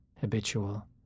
habitual